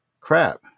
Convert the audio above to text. crap